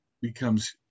becomes